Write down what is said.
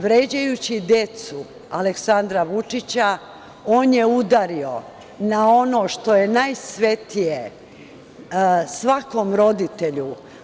Vređajući decu Aleksandra Vučića on je udario na ono što je najsvetije svakom roditelju.